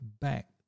back